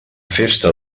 festa